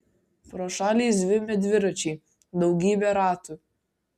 pro šalį zvimbė dviračiai daugybė ratų